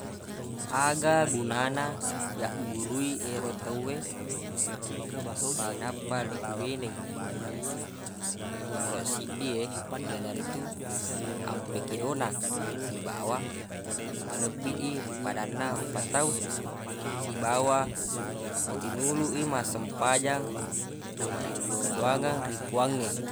Aga gunana yaggurui yero tawwe nainappa le pubenei nomoroq seddie yanaritu ampe kedona sibawa malebbi i ri padanna rupa tau sibawa matinuluq massempajang namarilludoangeng ri puangnge